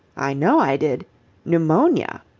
i know i did pneumonia.